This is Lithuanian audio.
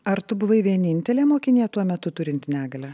ar tu buvai vienintelė mokinė tuo metu turinti negalią